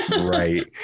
Right